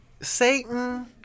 Satan